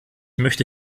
möchte